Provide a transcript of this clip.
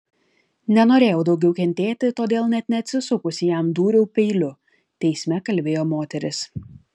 nenorėjau daugiau kentėti todėl net neatsisukusi jam dūriau peiliu teisme kalbėjo moteris